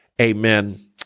amen